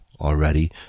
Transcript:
already